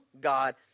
God